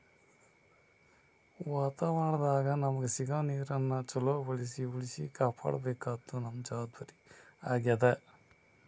ವಾತಾವರಣದಾಗ್ ನಮಗ್ ಸಿಗೋ ನೀರನ್ನ ಚೊಲೋ ಬಳ್ಸಿ ಉಳ್ಸಿ ಕಾಪಾಡ್ಕೋಬೇಕಾದ್ದು ನಮ್ಮ್ ಜವಾಬ್ದಾರಿ ಆಗ್ಯಾದ್